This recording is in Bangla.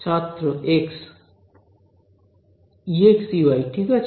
ছাত্র এক্স Ex Ey ঠিক আছে